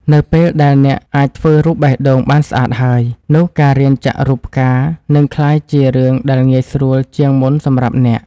នៅពេលដែលអ្នកអាចធ្វើរូបបេះដូងបានស្អាតហើយ នោះការរៀនចាក់រូបផ្កានឹងក្លាយជារឿងដែលងាយស្រួលជាងមុនសម្រាប់អ្នក។